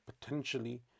potentially